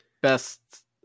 best